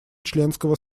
членского